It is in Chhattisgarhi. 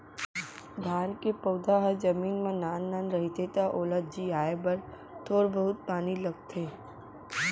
धान के पउधा ह जमीन म नान नान रहिथे त ओला जियाए बर थोर बहुत पानी लगथे